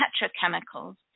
petrochemicals